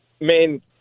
main